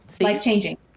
Life-changing